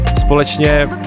společně